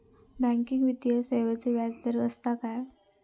Banking वित्तीय सेवाचो व्याजदर असता काय?